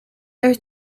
there